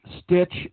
Stitch